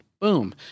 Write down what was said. boom